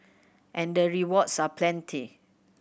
and the rewards are plenty